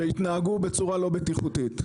שהתנהגו בצורה לא בטיחותית.